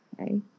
Okay